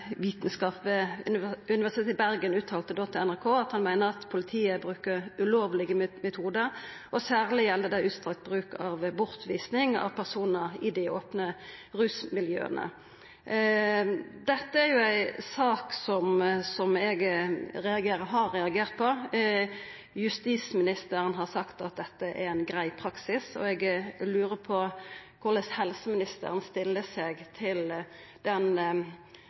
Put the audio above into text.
i Bergen uttalte til NRK at han meiner at politiet bruker ulovlege metodar, særleg gjeld det utstrakt brukt av bortvising av personar i dei opne rusmiljøa. Dette er ei sak som eg har reagert på. Justisministeren har sagt at dette er ein grei praksis, og eg lurar på korleis helseministeren stiller seg til den